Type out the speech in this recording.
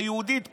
היהודית,